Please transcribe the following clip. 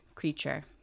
creature